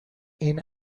این